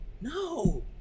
No